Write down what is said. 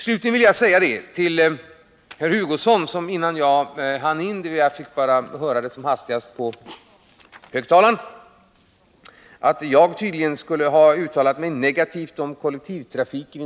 Enligt herr Hugosson — som höll sitt anförande innan jag hann in i kammaren, jag hörde det bara som hastigast i högtalaren — har jag i något pressmeddelande, jag vet inte vilket, uttalat mig negativt om kollektivtrafiken.